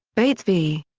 bates v.